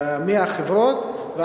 מהחברות מאוד גבוהה,